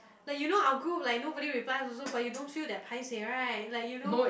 like you know our group like nobody replies also but you don't feel that paisei right like you know